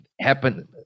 happen